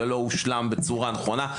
זה לא הושלם בצורה נכונה.